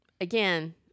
Again